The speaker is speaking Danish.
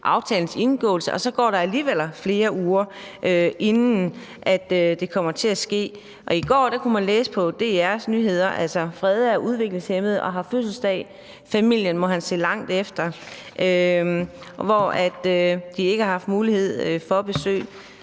aftalens indgåelse – og så går der alligevel flere uger, inden det kommer til at ske. I går kunne man læse på DR's nyheder: »Frede er udviklingshæmmet og har fødselsdag. Familien må han se langt efter«. Familien har ikke haft mulighed for at